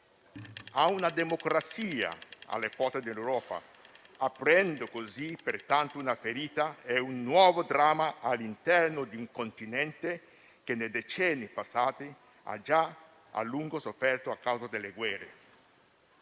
a una democrazia alle porte dell'Europa, aprendo così pertanto una ferita e un nuovo dramma all'interno di un continente che, nei decenni passati, ha già a lungo sofferto a causa delle guerre.